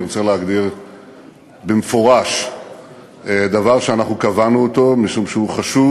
אני רוצה להגדיר במפורש דבר שאנחנו קבענו משום שהוא חשוב,